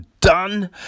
done